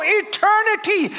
eternity